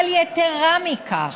אבל יתרה מזו,